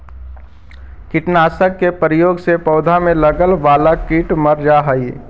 कीटनाशक के प्रयोग से पौधा में लगे वाला कीट मर जा हई